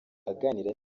aganira